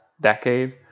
decade